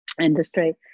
industry